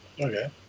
Okay